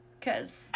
Cause